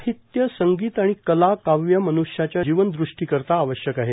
साहित्य संगीत आणि कला काव्य मन्ष्याच्या जीवन दृष्टिकरिता आवश्यक आहे